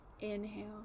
inhale